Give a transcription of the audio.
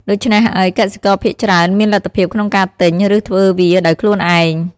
ដូច្នេះហើយ កសិករភាគច្រើនមានលទ្ធភាពក្នុងការទិញ ឬធ្វើវាដោយខ្លួនឯង។